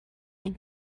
and